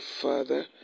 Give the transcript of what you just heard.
father